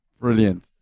Brilliant